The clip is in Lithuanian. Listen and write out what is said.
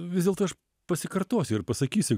vis dėlto aš pasikartosiu ir pasakysiu